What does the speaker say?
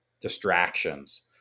distractions